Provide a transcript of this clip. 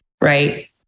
right